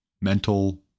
mental